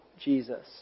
Jesus